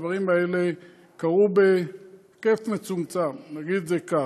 הדברים האלה קרו בהיקף מצומצם, נגיד את זה כך.